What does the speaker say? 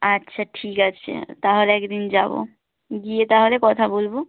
আচ্ছা ঠিক আছে তাহলে একদিন যাব গিয়ে তাহলে কথা বলব